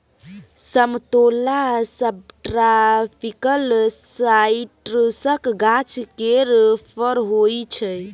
समतोला सबट्रापिकल साइट्रसक गाछ केर फर होइ छै